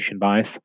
bias